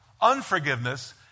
Unforgiveness